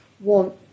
want